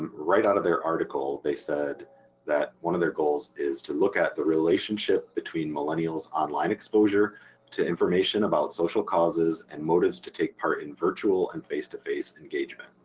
and right out of their article they said that one of their goals is to look at the relationship between millennials' online exposure to information about social causes and motives to take part in virtual and face-to-face engagement.